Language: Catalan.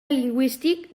lingüístic